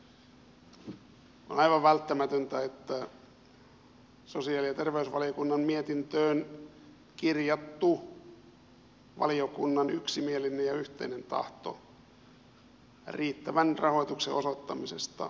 on aivan välttämätöntä että sosiaali ja terveysvaliokunnan mietintöön kirjattu valiokunnan yksimielinen ja yhteinen tahto riittävän rahoituksen osoittamisesta turvataan